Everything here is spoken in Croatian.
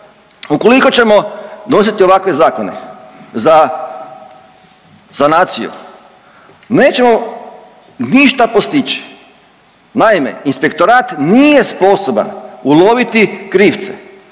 ukoliko ćemo donositi ovakve zakone za naciju nećemo ništa postići. Naime, inspektorat nije sposoban uloviti krivce.